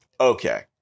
okay